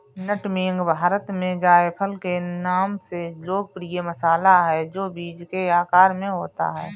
नट मेग भारत में जायफल के नाम से लोकप्रिय मसाला है, जो बीज के आकार में होता है